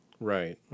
Right